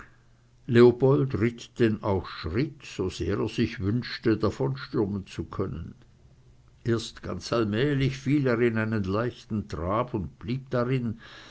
leopold ritt denn auch schritt sosehr er sich wünschte davonstürmen zu können erst ganz allmählich fiel er in einen leichten trab und blieb darin